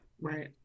Right